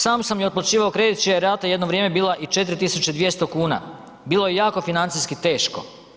Sam sam i otplaćivao kredit čija je rata jedno vrijeme bila i 4.200 kuna, bilo je jako financijski teško.